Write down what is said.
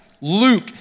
Luke